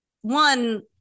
one